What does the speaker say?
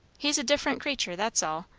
he's a different critter that's all,